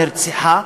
נרצחה,